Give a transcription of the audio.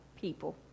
people